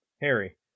Harry